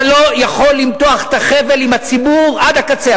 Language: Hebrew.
אתה לא יכול למתוח את החבל עם הציבור עד הקצה.